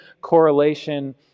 correlation